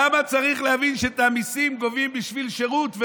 למה צריך להבין שאת המיסים גובים בשביל שירות,